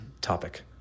topic